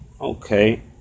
Okay